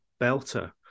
belter